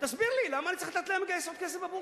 תסביר לי למה אני צריך לתת להם לגייס עוד כסף בבורסה?